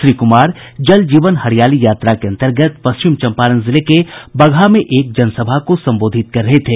श्री कुमार जल जीवन हरियाली यात्रा के अंतर्गत पश्चिम चंपारण जिले के बगहा में एक जनसभा को संबोधित कर रहे थे